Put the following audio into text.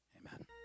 Amen